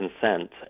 consent